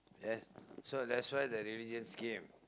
then so that's why the religions came